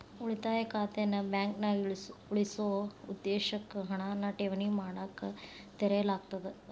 ಉಳಿತಾಯ ಖಾತೆನ ಬಾಂಕ್ನ್ಯಾಗ ಉಳಿಸೊ ಉದ್ದೇಶಕ್ಕ ಹಣನ ಠೇವಣಿ ಮಾಡಕ ತೆರೆಯಲಾಗ್ತದ